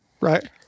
right